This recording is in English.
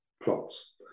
plots